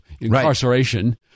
incarceration